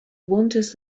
wanders